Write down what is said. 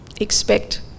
expect